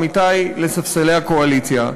עמיתי בספסלי הקואליציה,